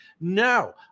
No